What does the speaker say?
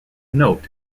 note